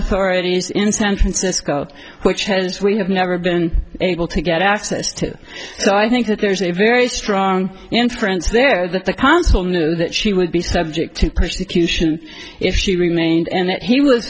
authorities in san francisco which has we have never been able to get access to so i think that there's a very strong inference there that the consul knew that she would be subject to prosecution if she remained and that he was